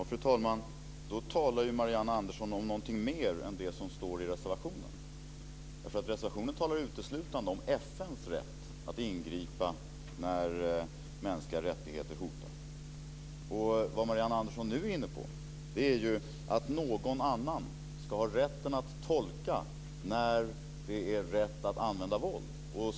Fru talman! Då talar ju Marianne Andersson om någonting mer än det som står i reservationen. Reservationen talar uteslutande om FN:s rätt att ingripa när mänskliga rättigheter hotas. Vad Marianne Andersson nu är inne på att någon annan ska ha rätten att tolka när det är rätt att använda våld.